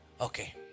Okay